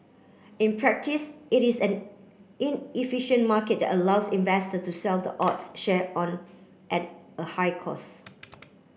in practice it is an inefficient market allows investor to sell the odds share on at a high cost